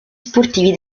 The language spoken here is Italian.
sportivi